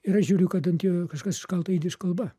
ir aš žiūriu kad ant jo kažkas iškalta jidiš kalba